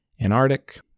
Antarctic